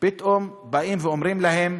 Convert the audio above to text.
פתאום באים ואומרים להם: